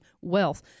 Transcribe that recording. wealth